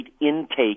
intake